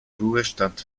ruhestand